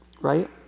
Right